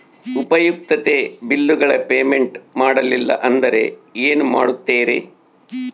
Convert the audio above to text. ಉಪಯುಕ್ತತೆ ಬಿಲ್ಲುಗಳ ಪೇಮೆಂಟ್ ಮಾಡಲಿಲ್ಲ ಅಂದರೆ ಏನು ಮಾಡುತ್ತೇರಿ?